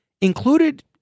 included